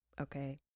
Okay